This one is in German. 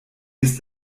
ist